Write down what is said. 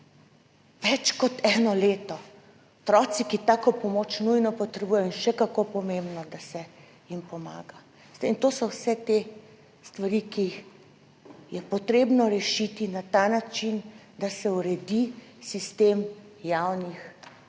Več kot eno leto! Otrokom, ki tako pomoč nujno potrebujejo, je še kako pomembno, da se jim pomaga. Veste, in to so vse te stvari, ki jih je potrebno rešiti na ta način, da se uredi sistem plač